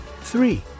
Three